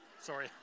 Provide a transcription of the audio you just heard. Sorry